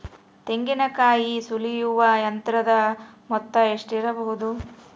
ತೆಂಗಿನಕಾಯಿ ಸುಲಿಯುವ ಯಂತ್ರದ ಮೊತ್ತ ಎಷ್ಟಿರಬಹುದು?